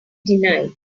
denied